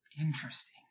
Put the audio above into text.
interesting